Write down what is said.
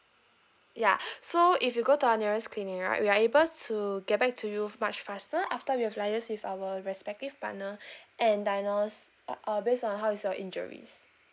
ya so if you go to our nearest clinic right we are able to get back to you much faster after we have liaise with our respective partner and diners uh based on how is your injuries